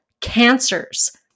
cancers